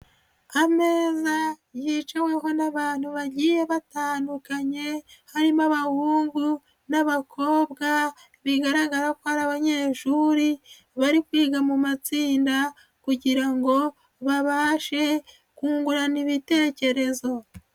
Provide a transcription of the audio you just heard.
Ameza yiciweho n'abantu bagiye batandukanye, harimo abahungu n'abakobwa bigaragaza ko ari abanyeshuri bari kwiga mu matsinda kugira ngo babashe kungurana ibitekerezo.